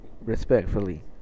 Respectfully